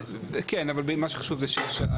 כן, אבל מה שחשוב זה (6).